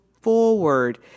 forward